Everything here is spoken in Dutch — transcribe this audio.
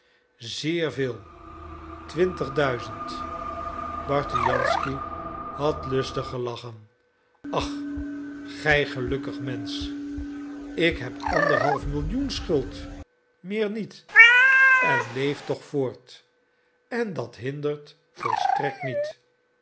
zeer veel twintig duizend bartujansky had lustig gelachen ach gij gelukkig mensch ik heb anderhalf millioen schuld meer niet en leef toch voort en dat hindert volstrekt niet